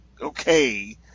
okay